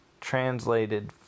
translated